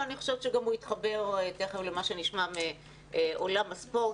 אבל אני חושבת שהוא יתחבר גם עולם הספורט.